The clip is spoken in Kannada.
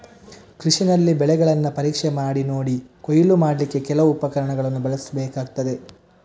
ಕೃಷಿನಲ್ಲಿ ಬೆಳೆಗಳನ್ನ ಪರೀಕ್ಷೆ ಮಾಡಿ ನೋಡಿ ಕೊಯ್ಲು ಮಾಡ್ಲಿಕ್ಕೆ ಕೆಲವು ಉಪಕರಣಗಳನ್ನ ಬಳಸ್ಬೇಕಾಗ್ತದೆ